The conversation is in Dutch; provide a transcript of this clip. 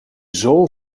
zool